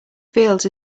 fields